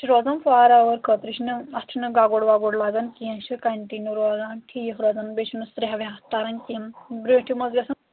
یہِ چھُ رُوزَان فاراَیٚوَر خٲطرٕ چھِنہٕ اَتھ چھُنہٕ گگُر وگُر لگان کینٛہہ چھُ کَنٹِنیوٗ روزان ٹھیٖک روزان بیٚیہِ چھُنہٕ ترٛےٚ ویٚہتھ تران کیٚنٛہہ برٛوٗنٛٹھِم اوس گژھان